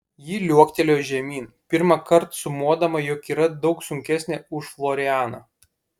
ji liuoktelėjo žemyn pirmąkart sumodama jog yra daug sunkesnė už florianą